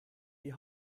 die